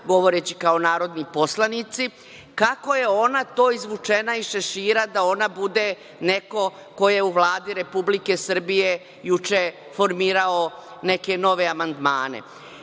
govoreći kao narodni poslanici, kako je ona to izvučena iz šešira da ona bude neko ko je u Vladi Republike Srbije juče formirao neke nove amandmane.